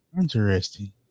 Interesting